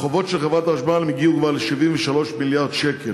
החובות של חברת החשמל הגיעו כבר ל-73 מיליארד שקל.